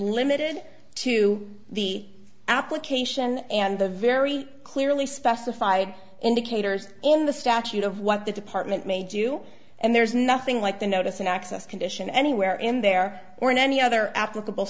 limited to the application and the very clearly specified indicators in the statute of what the department may do and there's nothing like the notice and access condition anywhere in there were in any other applicable